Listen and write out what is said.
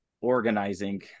organizing